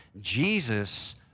Jesus